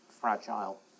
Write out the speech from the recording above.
fragile